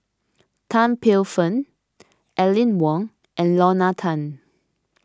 Tan Paey Fern Aline Wong and Lorna Tan